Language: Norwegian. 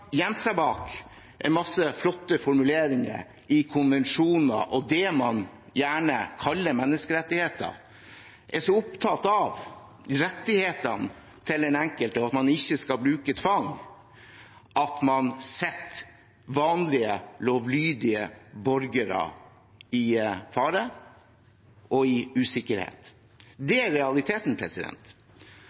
seg bak en masse flotte formuleringer i konvensjoner og det man gjerne kaller menneskerettigheter. Man er så opptatt av rettighetene til den enkelte og at man ikke skal bruke tvang, at man setter vanlige, lovlydige borgere i fare og usikkerhet. Det er realiteten.